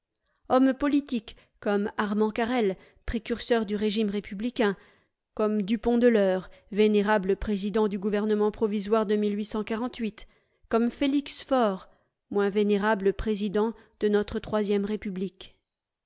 hommes politiques comme armand carrel précurseur du régime républicain comme dupont de l'eure vénérable président du gouvernement provisoire de comme félix faure moins vénérable président de notre troisième république